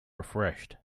refreshed